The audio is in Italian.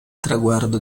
traguardo